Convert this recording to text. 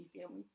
family